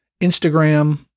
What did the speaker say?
Instagram